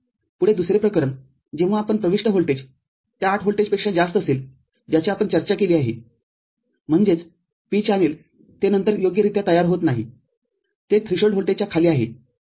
पुढे दुसरे प्रकरण जेव्हा आपण प्रविष्ट व्होल्टेज त्या ८ व्होल्टपेक्षा जास्त असेल ज्याची आपण चर्चा केली आहे म्हणजेच p चॅनेल ते नंतर योग्यरित्या तयार होत नाही ते थ्रीशोल्ड व्होल्टेजच्या खाली आहे